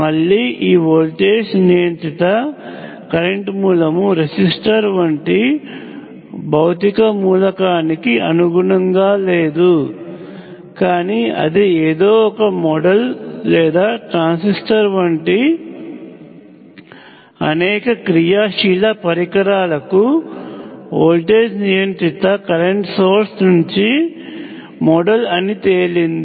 మళ్లీ ఈ వోల్టేజ్ నియంత్రిత కరెంట్ మూలము రెసిస్టర్ వంటి భౌతిక మూలకానికి అనుగుణంగా లేదు కానీ అది ఏదో ఒక మోడల్ లేదా ట్రాన్సిస్టర్ వంటి అనేక క్రియాశీల పరికరాలకు వోల్టేజ్ నియంత్రిత కరెంట్ సోర్స్ మంచి మోడల్ అని తేలింది